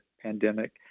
pandemic